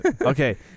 Okay